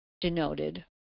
denoted